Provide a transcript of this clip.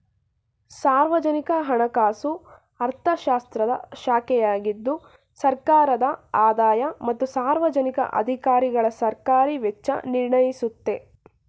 ಸಾರ್ವಜನಿಕ ಹಣಕಾಸು ಅರ್ಥಶಾಸ್ತ್ರದ ಶಾಖೆಯಾಗಿದ್ದು ಸರ್ಕಾರದ ಆದಾಯ ಮತ್ತು ಸಾರ್ವಜನಿಕ ಅಧಿಕಾರಿಗಳಸರ್ಕಾರಿ ವೆಚ್ಚ ನಿರ್ಣಯಿಸುತ್ತೆ